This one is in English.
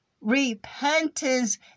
Repentance